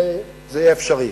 שזה יהיה אפשרי.